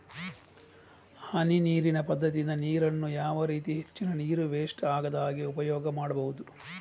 ಹನಿ ನೀರಿನ ಪದ್ಧತಿಯಿಂದ ನೀರಿನ್ನು ಯಾವ ರೀತಿ ಹೆಚ್ಚಿನ ನೀರು ವೆಸ್ಟ್ ಆಗದಾಗೆ ಉಪಯೋಗ ಮಾಡ್ಬಹುದು?